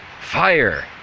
Fire